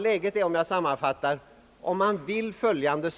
Läget är, för att sammanfatta, följande.